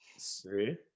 three